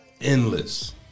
endless